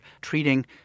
treating